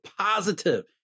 positive